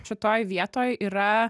šitoj vietoj yra